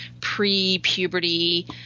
pre-puberty